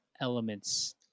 elements